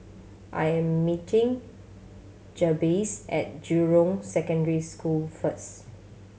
I am meeting Jabez at Jurong Secondary School first